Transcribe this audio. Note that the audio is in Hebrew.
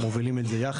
אנחנו מובילים את זה יחד,